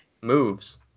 moves